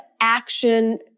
action